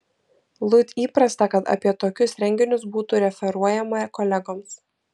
lud įprasta kad apie tokius renginius būtų referuojama kolegoms